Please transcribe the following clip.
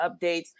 updates